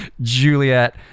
juliet